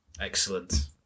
Excellent